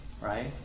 right